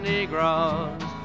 Negroes